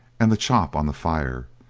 and the chop on the fire,